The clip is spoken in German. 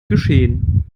geschehen